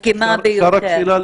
מסכימה ביותר.